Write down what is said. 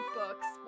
books